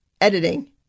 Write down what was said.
editing